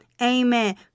Amen